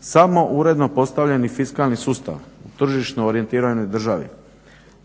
Samo uredno postavljeni fiskalni sustav u tržišno orijentiranoj državi,